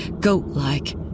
goat-like